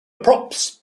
props